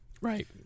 right